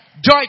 Joy